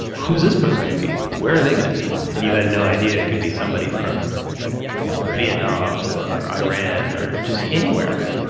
who's this person going to be? where are they going to be? and you had no idea. it could be somebody from you know vietnam or iran or just anywhere.